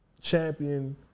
champion